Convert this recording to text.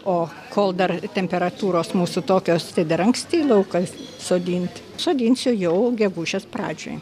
o kol dar temperatūros mūsų tokios tai dar anksti į lauką sodint sodinsiu jau gegužės pradžioj